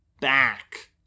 back